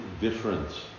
difference